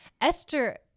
Esther